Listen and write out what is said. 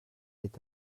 est